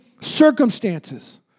circumstances